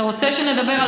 אתה רוצה שנדבר על,